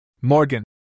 Morgan